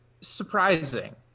Surprising